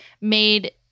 made